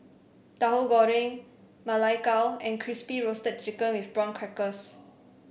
Tahu Goreng Ma Lai Gao and Crispy Roasted Chicken with Prawn Crackers